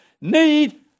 need